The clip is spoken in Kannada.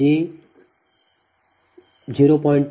ಮತ್ತು ನಂತರ ಈ 0